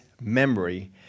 memory